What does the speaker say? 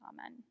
Amen